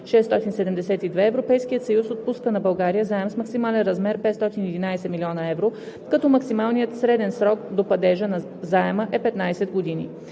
Европейският съюз отпуска на България заем с максимален размер 511 000 000 евро, като максималният среден срок до падежа на заема е 15 години.